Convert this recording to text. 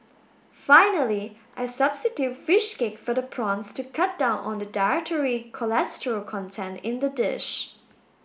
finally I substitute fish cake for the prawns to cut down on the dietary cholesterol content in the dish